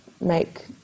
make